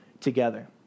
together